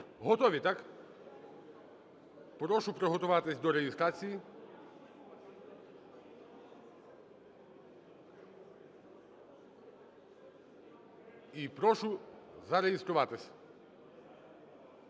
Готові, так? Прошу приготуватись до реєстрації. І прошу зареєструватись.